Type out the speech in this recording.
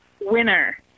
winner